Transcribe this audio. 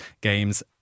games